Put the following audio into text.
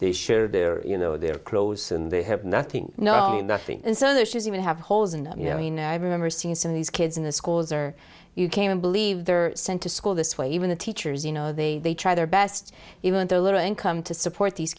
they share their you know their clothes and they have nothing no nothing and so their shoes even have holes in them you know you know i remember seeing some of these kids in the schools or you came and believe they were sent to school this way even the teachers you know they they try their best even their little income to support these